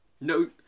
No